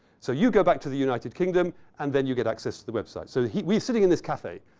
so you go back to the united kingdom and then you get access to the website. so, we're sitting in this cafe.